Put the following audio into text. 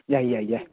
ꯌꯥꯏ ꯌꯥꯏ ꯌꯥꯏ